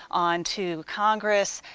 onto congress,